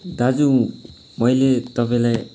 दाजु मैले तपाईँलाई